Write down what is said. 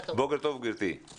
מה חלקכם אם כן בפעילות המוסיקה אחר